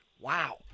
Wow